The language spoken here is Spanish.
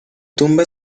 tumba